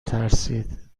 ترسید